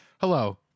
Hello